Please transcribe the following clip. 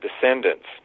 descendants